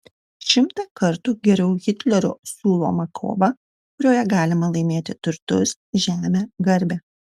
šimtą kartų geriau hitlerio siūloma kova kurioje galima laimėti turtus žemę garbę